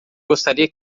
gostaria